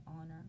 honor